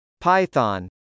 Python